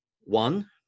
one